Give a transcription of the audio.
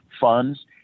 funds